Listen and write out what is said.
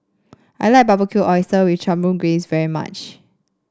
I like Barbecue Oyster with Chipotle Glaze very much